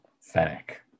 Fennec